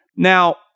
Now